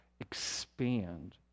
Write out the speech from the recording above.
expand